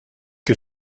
que